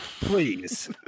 Please